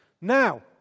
now